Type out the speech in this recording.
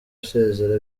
isezera